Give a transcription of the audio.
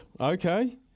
Okay